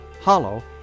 hollow